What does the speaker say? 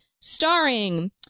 Starring